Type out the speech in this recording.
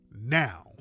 now